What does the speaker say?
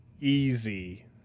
easy